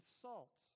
salt